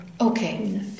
Okay